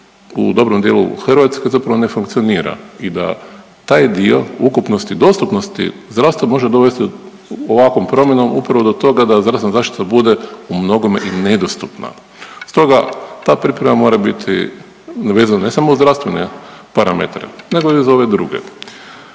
u dobrom dijelu Hrvatske zapravo ne funkcionira i da taj dio ukupnosti dostupnosti zdravstva može dovesti ovakvom promjenom upravo do toga da zdravstvena zaštita bude u mnogome i nedostupna. Stoga ta priprema mora biti vezana ne samo uz zdravstvene parametre nego i uz ove druge.